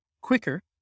quicker